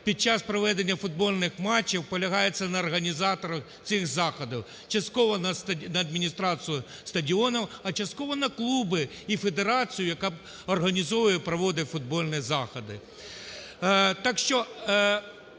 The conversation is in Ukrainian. під час проведення футбольних матчів полягається на організаторах цих заходів, частково на адміністрацію стадіонів, а частково на клуби і федерацію, яка організовує і проводить футбольні заходи.